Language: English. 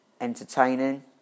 entertaining